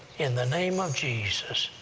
in the name of jesus.